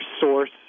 source